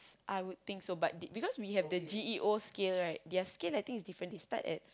I would think so but they because we have the G_E_O skill right their skill I think is different they start at